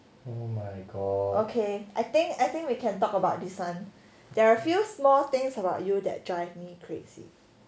okay I think I think we can talk about this one there are a few small things about you that drives me crazy